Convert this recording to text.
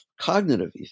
cognitive